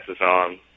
on